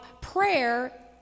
prayer